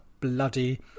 bloody